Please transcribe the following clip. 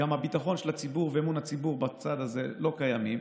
גם הביטחון של הציבור ואמון הציבור בצעד הזה לא קיימים.